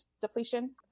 depletion